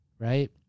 right